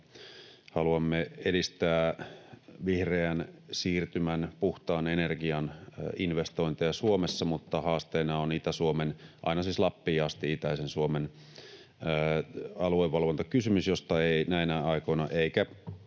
haluamme edistää vihreän siirtymän, puhtaan energian investointeja Suomessa. Mutta haasteena on Itä-Suomen — siis aina Lappiin asti itäisen Suomen — aluevalvontakysymys, josta ei näinä aikoina eikä